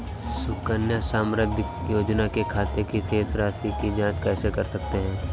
सुकन्या समृद्धि योजना के खाते की शेष राशि की जाँच कैसे कर सकते हैं?